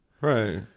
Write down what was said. Right